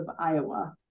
Iowa